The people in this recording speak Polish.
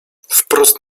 wprost